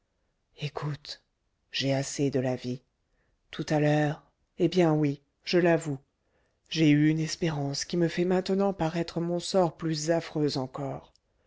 écoute j'ai assez de la vie tout à l'heure eh bien oui je l'avoue j'ai eu une espérance qui me fait maintenant paraître mon sort plus affreux encore